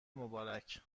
مبارک